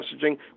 messaging